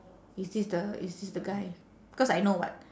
is this the is this the guy because I know what